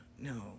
no